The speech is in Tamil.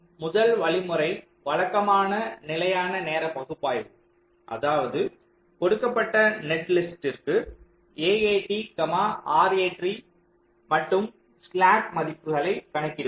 முதல் வழிமுறை வழக்கமான நிலையான நேர பகுப்பாய்வு அதாவது கொடுக்கப்பட்ட நெட்லிஸ்ட்டிற்கு AAT RAT மற்றும் ஸ்லாக் மதிப்புகளை கணக்கிடுவது